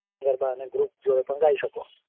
ગરબા અને ગ્રુપ જોડે પણ ગાઈ શકો